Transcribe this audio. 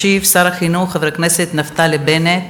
ישיב שר החינוך חבר הכנסת נפתלי בנט.